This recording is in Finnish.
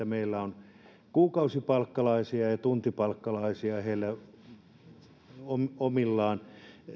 meillä on kuukausipalkkalaisia ja tuntipalkkalaisia ja heidän omilla